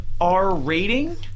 R-rating